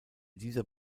dieser